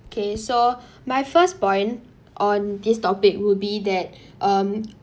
k so my first point on this topic would be that um